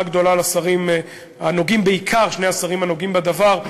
גדולה בעיקר לשני השרים הנוגעים בדבר,